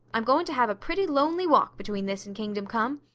i'm going to have a pretty lonely walk between this and kingdom come.